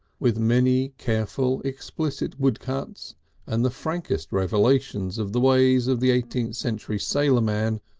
with many careful, explicit woodcuts and the frankest revelations of the ways of the eighteenth century sailorman,